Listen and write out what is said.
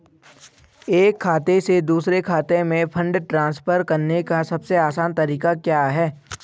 एक खाते से दूसरे खाते में फंड ट्रांसफर करने का सबसे आसान तरीका क्या है?